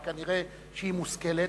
וכנראה שהיא מושכלת,